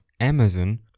Amazon